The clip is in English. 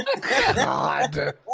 God